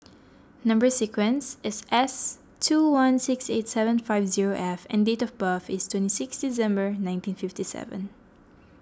Number Sequence is S two one six eight seven five zero F and date of birth is twenty six December nineteen fifty seven